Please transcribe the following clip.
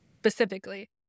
specifically